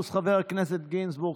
פלוס חבר הכנסת גינזבורג,